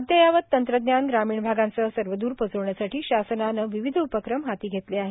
अदययावत तंत्रज्ञान ग्रामीण भागासह सर्वद्र पोहोचविण्यासाठी शासनाने विविध उपक्रम हाती घेतले आहेत